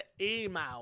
email